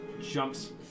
jumps